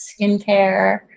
skincare